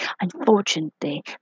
Unfortunately